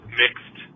mixed